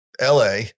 LA